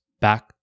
back